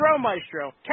Maestro